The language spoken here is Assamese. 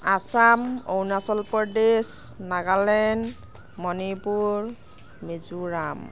আসাম অৰুণাচল প্ৰদেশ নাগালেণ্ড মণিপুৰ মিজোৰাম